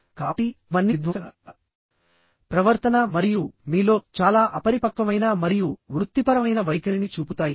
కాబట్టి ఇవన్నీ విధ్వంసక ప్రవర్తన మరియు మీలో చాలా అపరిపక్వమైన మరియు వృత్తిపరమైన వైఖరిని చూపుతాయి